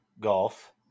golf